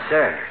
Sir